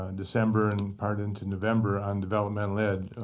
and december and part into november on developmental ed.